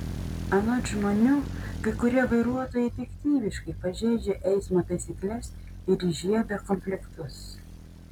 anot žmonių kai kurie vairuotojai piktybiškai pažeidžia eismo taisykles ir įžiebia konfliktus